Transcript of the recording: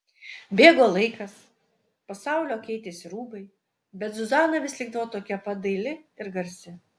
bėgo laikas pasaulio keitėsi rūbai bet zuzana vis likdavo tokia pat daili ir garsi